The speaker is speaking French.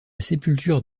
sépulture